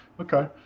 Okay